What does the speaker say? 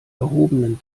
erhobenen